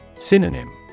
Synonym